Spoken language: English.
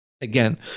Again